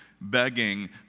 begging